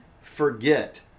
forget